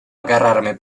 agarrarme